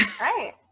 Right